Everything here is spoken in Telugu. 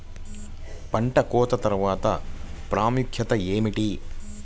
పంట కోత తర్వాత ప్రాముఖ్యత ఏమిటీ?